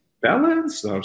balance